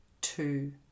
two